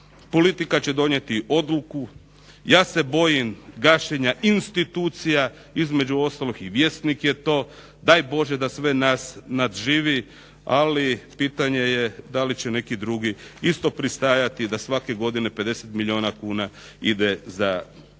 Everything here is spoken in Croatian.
politika će donijeti odluku, ja se bojim gašenja institucija između ostalog i Vjesnik je to, daj bože da sve nas nadživi ali pitanje je da li će neki drugi isto pristajati da svake godine 50 milijuna kuna ide za jedan